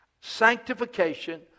sanctification